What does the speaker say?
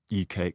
UK